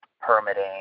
permitting